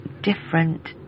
different